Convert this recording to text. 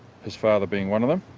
his father being one of them,